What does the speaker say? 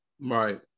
Right